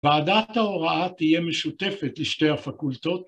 ועדת ההוראה תהיה משותפת לשתי הפקולטות.